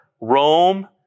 Rome